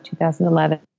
2011